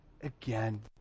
again